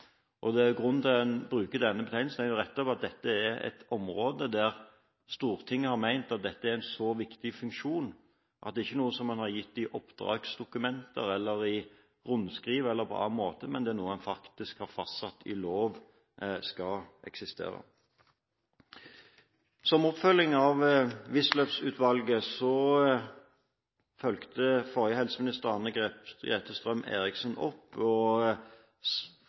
til at man bruker denne sammenlikningen, er nettopp at Stortinget har ment at dette er en så viktig funksjon, at det ikke er noe man har gitt i oppdragsdokumenter, rundskriv eller på annen måte, men at det faktisk er noe man har fastsatt i lov. Forrige helseminister, Anne-Grete Strøm-Erichsen, fulgte opp Wisløff-utvalget og slo fast at ordningen ikke fungerte. Hun sa i Aftenposten 5. februar 2011 at hun så